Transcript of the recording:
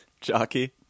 jockey